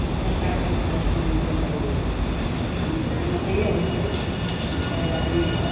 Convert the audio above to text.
मकै काटिके फेर अथी बुनतै फेर मकैए होयतै मकै रहड़ी